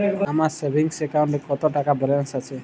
আমার সেভিংস অ্যাকাউন্টে কত টাকা ব্যালেন্স আছে?